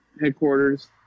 headquarters